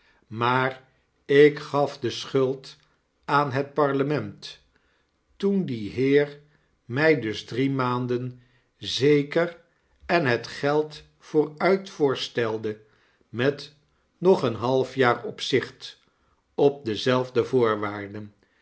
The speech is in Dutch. maar ik gar de schuld aan het parlement toen die heer my dus drie maanden zeker en het geld voor uit voorstelde met nog een half jaar op zicht op dezelfde voorwaarden